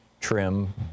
trim